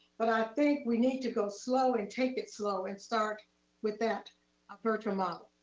but i think we need to go slow and take it slow. and start with that ah virtual model.